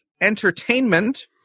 entertainment